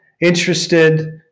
interested